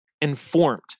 informed